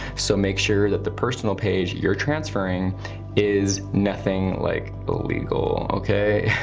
so make sure that the personal page you're transferring is nothing like illegal, okay?